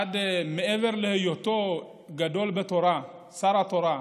מעבר להיותו גדול בתורה, שר התורה,